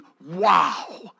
wow